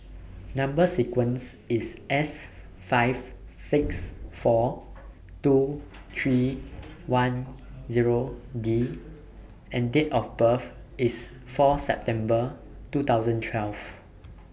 Number sequence IS S five six four two three one Zero D and Date of birth IS four September two thousand twelve